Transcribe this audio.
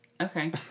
Okay